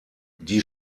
die